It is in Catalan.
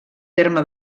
terme